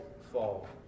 fall